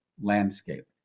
landscape